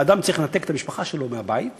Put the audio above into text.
האדם צריך לנתק את המשפחה שלו מהבית,